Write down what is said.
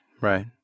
Right